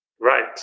right